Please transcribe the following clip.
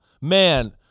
Man